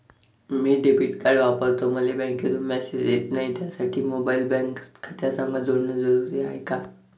मी debit card वापरतो मले बँकेतून मॅसेज येत नाही, त्यासाठी मोबाईल बँक खात्यासंग जोडनं जरुरी हाय का?